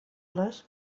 les